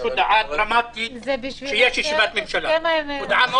יש הודעה דרמטית שיש ישיבת ממשלה.